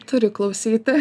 turi klausyti